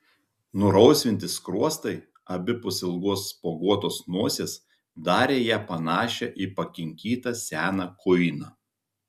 nurausvinti skruostai abipus ilgos spuoguotos nosies darė ją panašią į pakinkytą seną kuiną